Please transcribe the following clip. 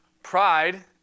Pride